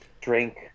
drink